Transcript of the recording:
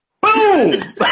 Boom